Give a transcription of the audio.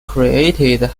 created